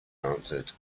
answered